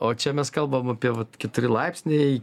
o čia mes kalbam apie vat keturi laipsniai